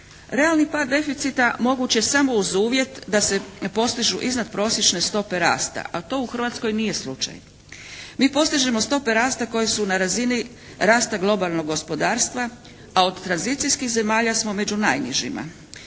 Realni pad deficita moguće je samo uz uvjet da se postižu iznadprosječne stope rasta. Ali to u Hrvatskoj nije slučaj. Mi postižemo stope rasta koje su na razini rasta globalnog gospodarstva a od tranzicijskih zemalja smo među najnižima.